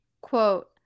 quote